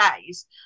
days